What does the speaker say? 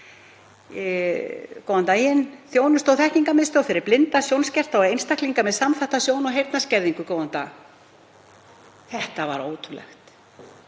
Góðan daginn, Þjónustu- og þekkingarmiðstöð fyrir blinda, sjónskerta og einstaklinga með samþætta sjón- og heyrnarskerðingu, góðan dag. Þetta er ótrúlegt.